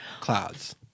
Clouds